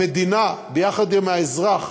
המדינה, יחד עם האזרח,